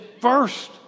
first